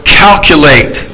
calculate